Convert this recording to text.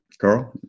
Carl